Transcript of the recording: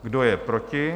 Kdo je proti?